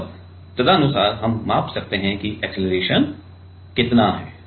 और तदनुसार हम माप सकते हैं कि अक्सेलरेशन कितना है